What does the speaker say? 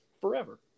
forever